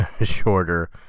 shorter